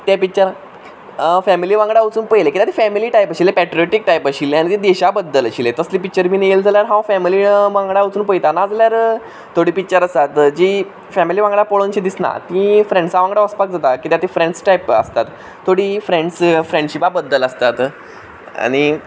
तें picture family वांगडा वचून पयलें कित्याक तें फेमिली टायप आशिल्लें पॅट्रियोटीक टायप आशिल्लें आनी तें देशा बद्दल आशिल्लें तसलें पिक्चर बीन येल जाल्यार हांव फेमिली वांगडा वचून पयतां ना जाल्यार थोडीं पिक्चरां आसात जीं फेमिली वांगडा पळोवनशें दिसना तीं फ्रेंड्सां वांगडा वचपाक जाता कित्याक तीं फ्रेंड्स टायप आसतात थोडीं फ्रेंड्स फ्रेंड्शीपा बद्दल आसतात आनी